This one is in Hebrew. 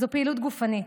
זה פעילות גופנית.